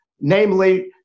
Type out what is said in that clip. namely